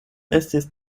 estis